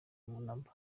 namba